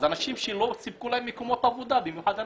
אנשים שלא סיפקו להן מקומות עבודה, במיוחד הנשים,